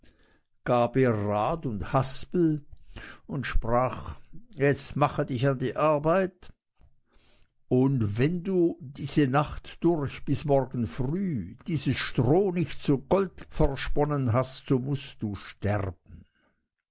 gab ihr rad und haspel und sprach jetzt mache dich an die arbeit und wenn du diese nacht durch bis morgen früh dieses stroh nicht zu gold versponnen hast so mußt du sterben